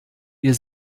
wir